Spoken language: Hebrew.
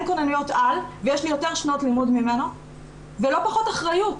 אין כונניות-על ויש לי יותר שנות לימוד ממנו ולא פחות אחריות.